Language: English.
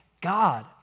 God